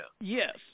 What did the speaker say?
Yes